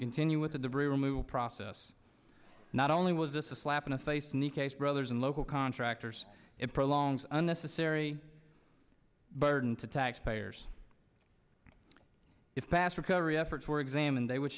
continue with the debris removal process not only was this a slap in the face new case brothers and local contractors it prolongs unnecessary burden to taxpayers if fast recovery efforts were examined they would